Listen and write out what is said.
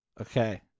Okay